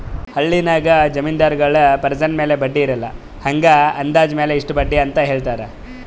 ಹಳ್ಳಿನಾಗ್ ಜಮೀನ್ದಾರಗೊಳ್ ಪರ್ಸೆಂಟ್ ಮ್ಯಾಲ ಬಡ್ಡಿ ಇರಲ್ಲಾ ಹಂಗೆ ಅಂದಾಜ್ ಮ್ಯಾಲ ಇಷ್ಟ ಬಡ್ಡಿ ಅಂತ್ ಹೇಳ್ತಾರ್